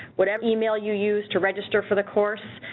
whatever email you use to register for the course,